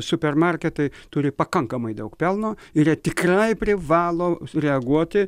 supermarketai turi pakankamai daug pelno ir jie tikrai privalo sureaguoti